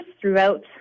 throughout